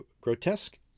grotesque